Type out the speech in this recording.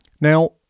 Now